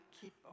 keep